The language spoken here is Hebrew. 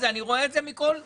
אני רואה את זה מכל הפרסומים: